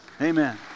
Amen